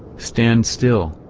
stand still,